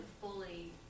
fully